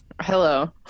Hello